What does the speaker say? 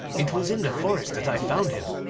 it was in the forest that i found him,